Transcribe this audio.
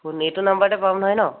phone এইটো নম্বৰতে পাম নহয় ন'